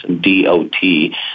D-O-T